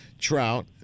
trout